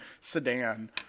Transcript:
sedan